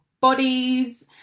bodies